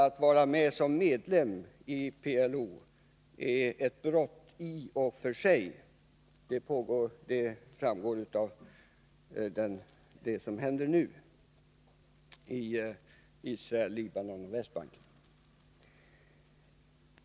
Att vara medlem i PLO är i sig ett brott — det framgår av det som nu händer i Israel, Libanon och på Västbanken.